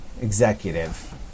executive